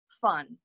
fun